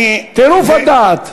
טירוף הדעת.